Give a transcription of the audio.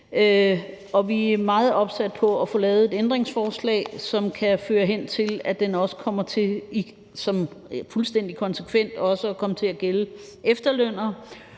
vi er meget opsat på at få lavet et ændringsforslag, som kan føre hen til, at den fuldstændig konsekvent også kommer til at gælde for efterlønnere.